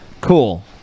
Cool